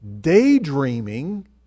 daydreaming